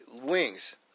wings